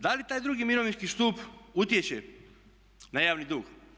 Da li taj drugi mirovinski stup utječe na javni dug?